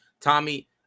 Tommy